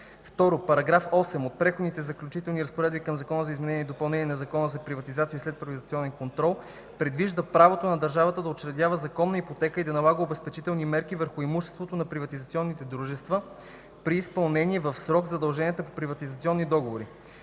II. Параграф 8 от Преходните разпоредби към Закон за изменение и допълнение на Закона за приватизация и следприватизационен контрол предвижда правото на държавата да учредява законна ипотека и да налага обезпечителни мерки върху имуществото на приватизационните дружества при неизпълнени в срок задължения по приватизационни договори.